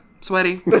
sweaty